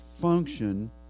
function